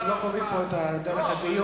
לא אתם קובעים פה את דרך הדיון.